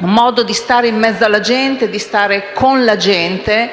modo di stare mezzo alla gente e con la gente,